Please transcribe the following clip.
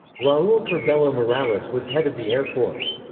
raul curbelo morales was head of the air force.